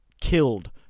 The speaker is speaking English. killed